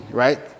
right